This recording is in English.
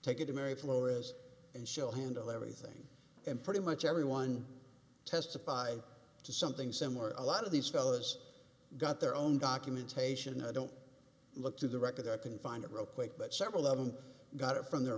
take it to mary flores and show handle everything and pretty much everyone testified to something similar a lot of these fellas got their own documentation i don't look to the record i can find it real quick but several of them got it from their